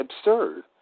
absurd